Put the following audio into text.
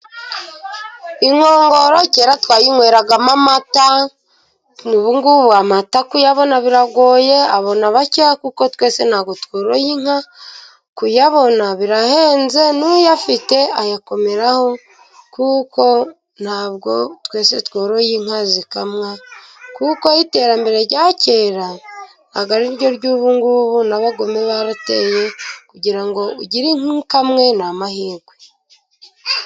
Inkongoro kera twayinyweragamo amata, ubungubu amata kuyabona biragoye, abona bake kuko twese ntabwo tworoye inka, kuyabona birahenze n'uyafite ayakomeraho, kuko ntabwo twese tworoye inka zikamwa, kuko iterambere rya kera atariryo ry'ubungubu, n'abagome barateye kugira ngo ugire inka ikamwe nihirwe.